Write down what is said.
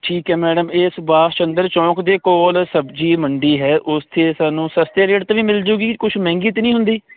ਠੀਕ ਹੈ ਮੈਡਮ ਇਹ ਸ਼ੁਭਾਸ਼ ਚੰਦਰ ਚੌਂਕ ਦੇ ਕੋਲ ਸਬਜ਼ੀ ਮੰਡੀ ਹੈ ਉੱਥੇ ਸਾਨੂੰ ਸਸਤੇ ਰੇਟ ਤੇ ਵੀ ਮਿਲ ਜੂਗੀ ਕੁਛ ਮਹਿੰਗੀ ਤੇ ਨਹੀਂ ਹੁੰਦੀ